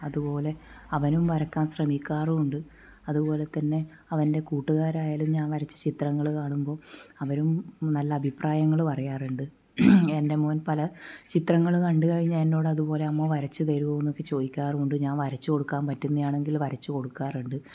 അതുപോലെ അവനും വരയ്ക്കാൻ ശ്രമിക്കാറുമുണ്ട് അതുപോലെ തന്നെ അവൻ്റെ കൂട്ടുകാരായാലും ഞാൻ വരച്ച ചിത്രങ്ങൾ കാണുമ്പോൾ അവരും നല്ല അഭിപ്രായങ്ങൾ പറയാറുണ്ട് എൻ്റെ മകൻ പല ചിത്രങ്ങൾ കണ്ടു കഴിഞ്ഞാൽ എന്നോട് അതുപോലെ അമ്മ വരച്ച് തരുമോന്നൊക്കെ ചോദിക്കാറുമുണ്ട് ഞാൻ വരച്ചു കൊടുക്കാൻ പറ്റുന്നത് ആണെങ്കിൽ വരച്ചു കൊടുക്കാറുണ്ട്